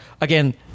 again